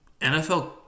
NFL